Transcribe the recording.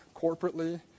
corporately